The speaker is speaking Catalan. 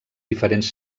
diferents